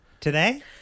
Today